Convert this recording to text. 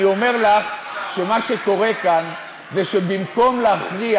אני אומר לך שמה שקורה כאן זה שבמקום להכריח,